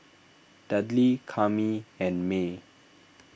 Dudley Kami and Maye